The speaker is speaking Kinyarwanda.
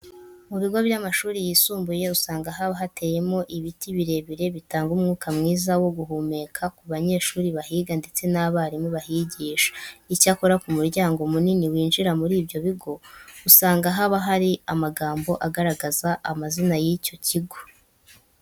Mu bigo by'amashuri yisumbuye usanga haba hateyemo ibiti birebire bitanga umwuka mwiza wo guhumeka ku banyeshuri bahiga ndetse n'abarimu bahigisha. Icyakora ku muryango munini winjira muri ibyo bigo usanga haba hari amagambo agaragaza amazina y'icyo kigo.